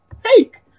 fake